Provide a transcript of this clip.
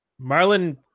Marlon